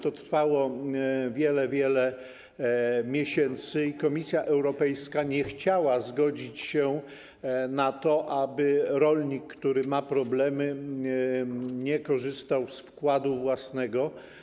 To trwało wiele, wiele miesięcy i Komisja Europejska nie chciała zgodzić się na to, aby rolnik, który ma problemy, nie korzystał z wkładu własnego.